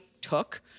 took